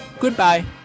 Goodbye